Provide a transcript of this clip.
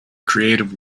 creative